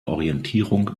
orientierung